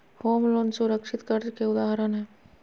home loan सुरक्षित कर्ज के उदाहरण हय